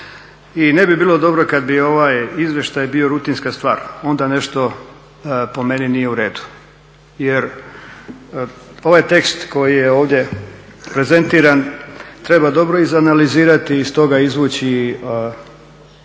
i ne bi bilo dobro kad bi ovaj izvještaj bio rutinska stvar, onda nešto po meni nije u redu jer ovaj tekst koji je ovdje prezentiran treba dobro izanalizirati i iz toga izvući i nekakve